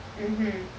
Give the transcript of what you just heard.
mmhmm